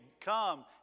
Come